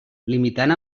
limitant